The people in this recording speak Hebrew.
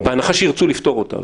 בהנחה שירצו לפתור את זה.